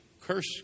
curse